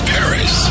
Paris